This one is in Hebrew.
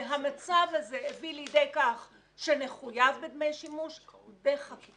והמצב הזה הביא לידי כך שמחויב בדמי שימוש בחקיקה,